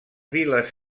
vil·les